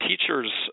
teachers